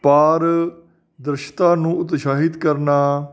ਪਾਰਦਰਸ਼ਤਾ ਨੂੰ ਉਤਸ਼ਾਹਿਤ ਕਰਨਾ